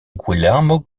guillermo